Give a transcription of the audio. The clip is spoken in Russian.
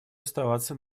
оставаться